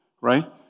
right